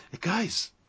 guys